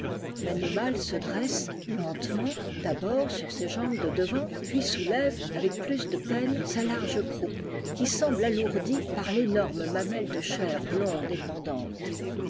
l'animal se dresse lentement d'abord sur ses jambes de devant puis soulève avec plus de peine sa large croupe qui semble alourdie par l'énorme mamelle de chair blonde et pendante